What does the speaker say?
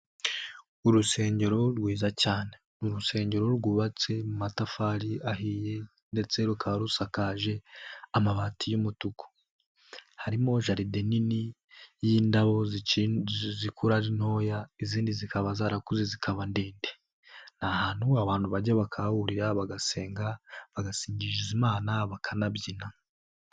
Urusengero rwiza cyane ni urusengero rwubatse mu matafari ahiye ndetse rukaba rusakaje amabati y'umutuku, harimo jaride nini y'indabo zikura ntoya izindi zikaba zarakuze zikaba ndende. Ni ahantu abantu bajya bakahahurira bagasenga bagasingiza imana bakanabyina.